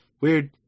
Weird